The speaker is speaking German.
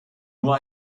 nur